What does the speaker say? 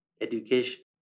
Education